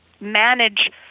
manage